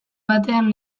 batean